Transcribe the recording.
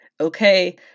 Okay